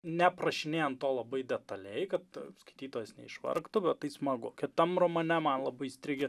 neprašinėjant to labai detaliai kad skaitytojas neišvargtų bet tai smagu kitam romane man labai įstrigę